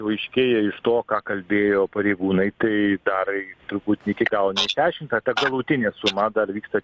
jau aiškėja iš to ką kalbėjo pareigūnai tai dar truputį iki galo neišsiaiškinta ta galutinė suma dar vyksta